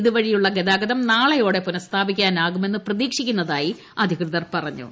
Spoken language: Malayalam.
ഇതു വഴിയുള്ള ഗതാഗതം നാളെയോടെ പുനസ്ഥാപിക്കാനാകുമെന്ന് പ്രതീക്ഷിക്കുന്നതായി അധികൃതർ അറിയിച്ചു